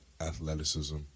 athleticism